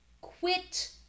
quit